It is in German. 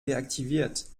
deaktiviert